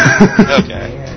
Okay